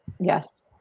Yes